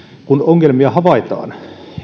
kun ongelmia havaitaan